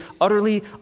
utterly